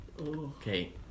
Okay